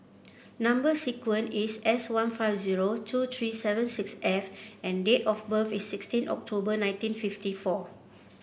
number sequence is S one five zero two three seven six F and date of birth is sixteen October nineteen fifty four